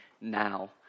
now